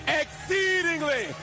exceedingly